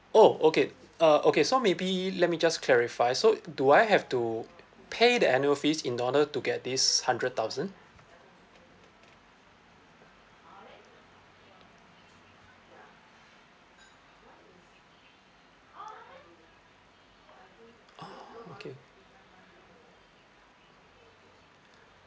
oh okay uh okay so maybe let me just clarify so do I have to pay the annual fees in order to get this hundred thousand oh okay